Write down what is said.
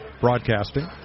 broadcasting